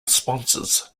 sponsors